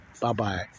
Bye-bye